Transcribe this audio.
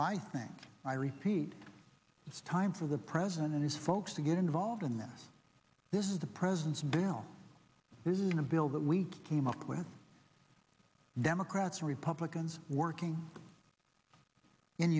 i think i repeat it's time for the president and his folks to get involved in that this is the president's down this is the bill that we came up with democrats and republicans working in